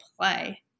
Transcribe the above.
play